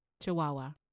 Chihuahua